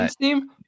team